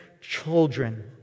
children